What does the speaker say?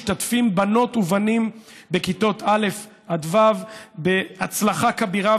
משתתפים בנות ובנים בכיתות א' עד ו' בהצלחה כבירה.